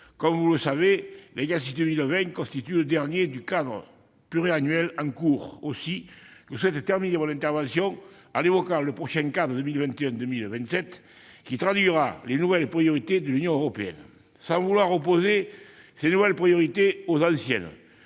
comme vous le savez, l'exercice 2020 constitue le dernier du cadre pluriannuel en cours. Aussi, je souhaite terminer mon intervention, en évoquant le prochain cadre 2021-2027, qui traduira les nouvelles priorités de l'Union européenne. Sans vouloir opposer ces nouvelles priorités aux anciennes,